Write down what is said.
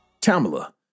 Tamala